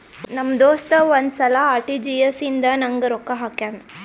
ನಮ್ ದೋಸ್ತ ಒಂದ್ ಸಲಾ ಆರ್.ಟಿ.ಜಿ.ಎಸ್ ಇಂದ ನಂಗ್ ರೊಕ್ಕಾ ಹಾಕ್ಯಾನ್